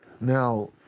Now